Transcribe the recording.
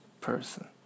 person